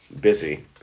busy